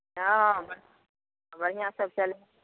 हँ बढ़िऑं सबसँ